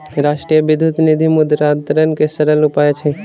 राष्ट्रीय विद्युत निधि मुद्रान्तरण के सरल उपाय अछि